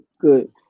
good